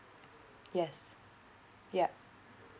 yes yup